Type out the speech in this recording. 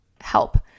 help